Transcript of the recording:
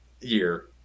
year